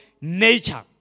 nature